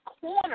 corner